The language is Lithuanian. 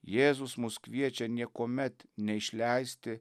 jėzus mus kviečia niekuomet neišleisti